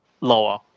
lower